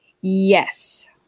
Yes